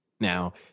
Now